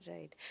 Right